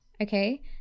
okay